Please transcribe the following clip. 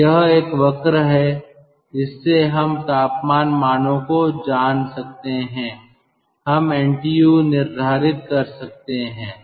तो यह एक वक्र है जिससे हम तापमान मानों को जान सकते हैं हम एनटीयू निर्धारित कर सकते हैं